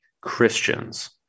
Christians